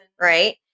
right